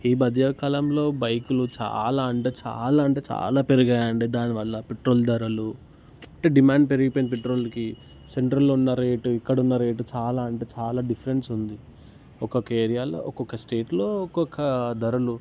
ఈ మధ్యకాలంలో బైకులు చాలా అంటే చాలా అంటే చాలా పెరిగాయండి దానివల్ల పెట్రోల్ ధరలు డిమాండ్ పెరిగిపోయింది పెట్రోలికి సెంట్రల్లో ఉన్న రేటు ఇక్కడున్నా రేటు చాలా అంటే చాలా డిఫరెన్స్ ఉంది ఒక్కొక్క ఏరియాలో ఒక్కొక్క స్టేట్లో ఒక్కొక్క ధరలు